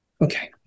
Okay